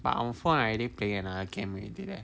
but on phone I already playing another game already leh